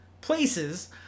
places